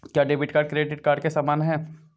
क्या debit card credit card के समान है?